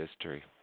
history